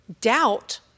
doubt